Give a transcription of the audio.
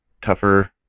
tougher